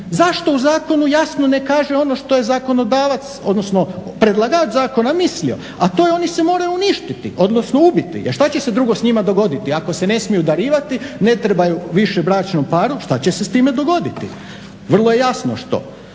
Zašto u zakonu jasno ne kaže ono što je zakonodavac, odnosno predlagač zakona mislio, a to je oni se moraju uništiti odnosno ubiti jer što će se drugo s njima dogoditi ako se ne smiju darivati, ne trebaju više bračnom paru, šta će s time dogoditi. Vrlo je jasno što.